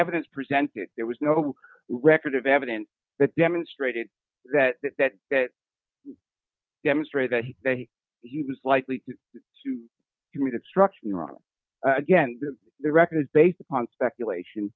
evidence presented there was no record of evidence that demonstrated that that that that demonstrate that he was likely to commit that structuring wrong again the record is based upon speculation